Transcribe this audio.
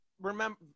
remember